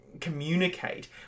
communicate